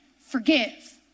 forgive